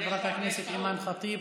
חברת הכנסת אימאן ח'טיב,